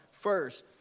first